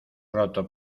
roto